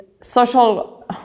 social